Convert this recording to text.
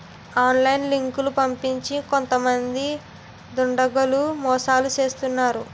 online లింకులు పంపించి కొంతమంది దుండగులు మోసాలు చేస్తున్నారు